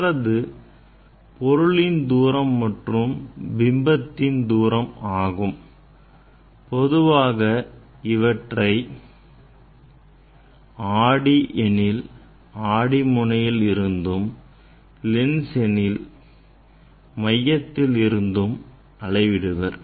மற்றது பொருளின் தூரம் மற்றும் பிம்பத்தின் தூரம் ஆகும் பொதுவாக இவற்றை ஆடி எனில் ஆடி முனையில் இருந்தோம் லென்ஸ் எனில் மையத்தில் இருந்தும் அளவிடுவர்